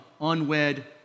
unwed